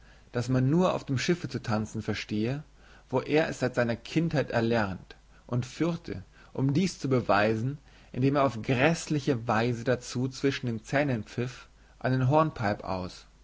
daß man nur auf dem schiffe zu tanzen verstehe wo er es seit seiner kindheit erlernt und führte um dies zu beweisen indem er auf gräßliche weise dazu zwischen den zähnen pfiff einen hornpipe aus